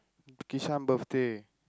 Kishan birthday